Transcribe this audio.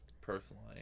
personally